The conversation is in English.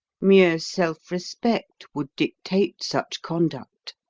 mere self-respect would dictate such conduct.